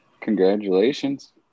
Congratulations